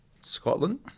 Scotland